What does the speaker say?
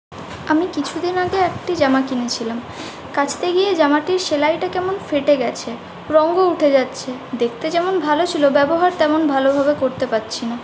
আমি কিছুদিন আগে একটি জামা কিনেছিলাম কাচতে গিয়ে জামাটির সেলাইটা কেমন ফেটে গেছে রঙও উঠে যাচ্ছে দেখতে যেমন ভালো ছিল ব্যবহার তেমন ভালোভাবে করতে পারছি না